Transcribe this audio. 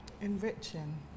Enriching